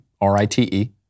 R-I-T-E